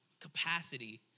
Capacity